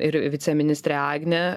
ir viceministrė agnė